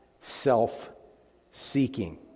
self-seeking